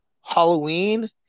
Halloween